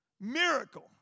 miracle